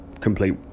complete